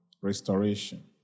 restoration